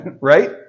Right